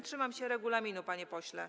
Trzymam się regulaminu, panie pośle.